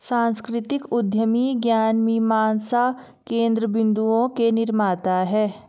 सांस्कृतिक उद्यमी ज्ञान मीमांसा केन्द्र बिन्दुओं के निर्माता हैं